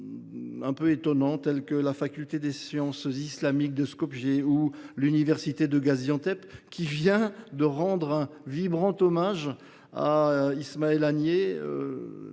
peu étonnants, comme la faculté des sciences islamiques de Skopje ou l’université de Gaziantep, qui vient de rendre un vibrant hommage à Ismaël Haniyeh,